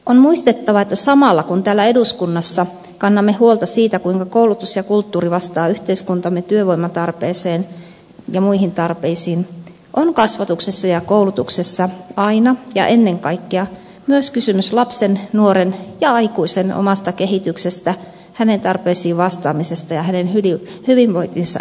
on muistettava että samalla kun täällä eduskunnassa kannamme huolta siitä kuinka koulutus ja kulttuuri vastaavat yhteiskuntamme työvoimatarpeeseen ja muihin tarpeisiin on kasvatuksessa ja koulutuksessa aina ja ennen kaikkea myös kysymys lapsen nuoren ja aikuisen omasta kehityksestä hänen tarpeisiinsa vastaamisesta ja hänen hyvinvointinsa edistämisestä